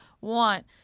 want